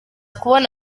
kubona